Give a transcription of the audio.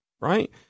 right